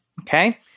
okay